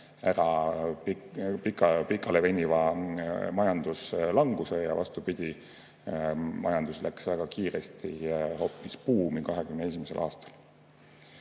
ära pikaleveniva majanduslanguse. Vastupidi, majandus läks väga kiiresti hoopis buumi 2021. aastal.